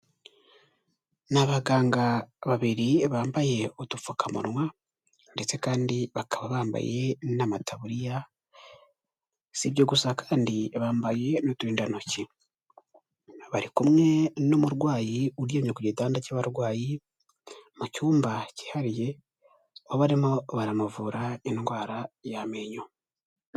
Ni abaganga babiri bambaye udupfukamunwa ndetse kandi bakaba bambaye na mataburiya sibyo gusa kandi bambaye n'uturindantoki bari kumwe n'umurwayi uryamye ku gitanda cy'abarwayi mu cyumba cyihariye aho barimo baramuvura indwara y'amenyo.